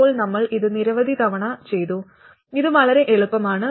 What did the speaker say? ഇപ്പോൾ നമ്മൾ ഇത് നിരവധി തവണ ചെയ്തു ഇത് വളരെ എളുപ്പമാണ്